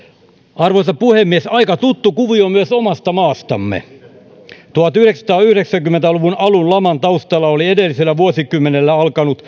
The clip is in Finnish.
arvoisa puhemies aika tuttu kuvio myös omasta maastamme tuhatyhdeksänsataayhdeksänkymmentä luvun alun laman taustalla oli edellisellä vuosikymmenellä alkanut